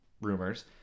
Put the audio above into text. rumors